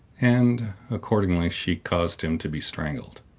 and, accordingly she caused him to be strangled.